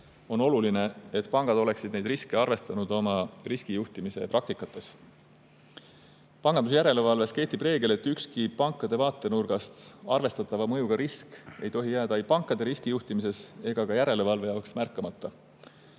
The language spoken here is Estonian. on oluline, et pangad oleksid neid riske oma riskijuhtimise praktikates arvestanud. Pangandusjärelevalves kehtib reegel, et ükski pankade vaatenurgast arvestatava mõjuga risk ei tohi jääda ei pankade riskijuhtimises ega ka järelevalve jaoks märkamata.